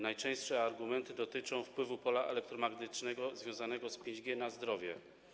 Najczęstsze argumenty dotyczą wpływu pola elektromagnetycznego związanego z 5G na zdrowie.